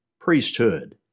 priesthood